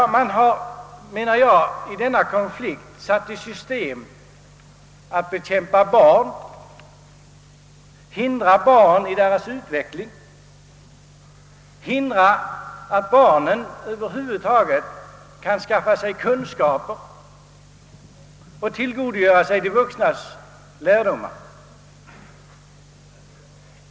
Man har, menar jag, i denna konflikt satt i system att bekämpa barn, att hindra barn i deras utveckling, att motarbeta att barnen över huvud taget kan skaffa sig kunskaper och tillgodogöra sig de vuxnas lärdomar.